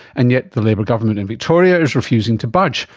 and yet the labor government in victoria is refusing to budge,